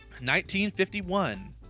1951